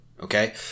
Okay